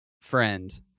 friend